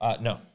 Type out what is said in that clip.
No